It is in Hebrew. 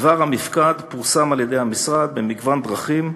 דבר המפקד פורסם על-ידי המשרד במגוון דרכים: